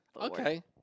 Okay